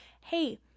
hey